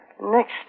Next